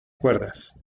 cuerdas